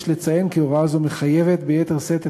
יש לציין כי הוראה זו מחייבת ביתר שאת את